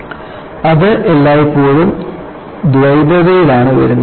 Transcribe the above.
അതിനാൽ ഇത് എല്ലായ്പ്പോഴും ദ്വൈതതയിലാണ് വരുന്നത്